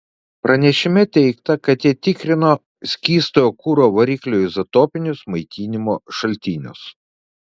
pranešime teigta kad jie tikrino skystojo kuro variklio izotopinius maitinimo šaltinius